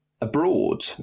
abroad